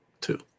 Two